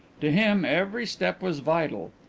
to him every step was vital,